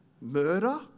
murder